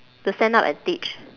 to stand up and teach